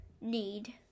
need